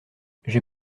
j’ai